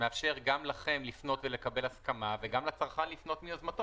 שמאפשרים גם לכם לפנות ולקבל הסכמה וגם לצרכן לפנות מיוזמתו,